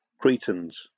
Cretans